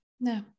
No